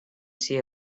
see